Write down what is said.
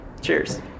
Cheers